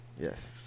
Yes